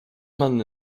man